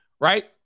right